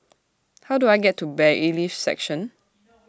How Do I get to Bailiffs' Section